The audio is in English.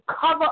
cover